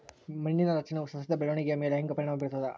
ಮಣ್ಣಿನ ರಚನೆಯು ಸಸ್ಯದ ಬೆಳವಣಿಗೆಯ ಮೇಲೆ ಹೆಂಗ ಪರಿಣಾಮ ಬೇರ್ತದ?